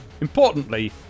importantly